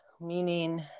meaning